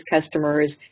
customers